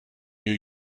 new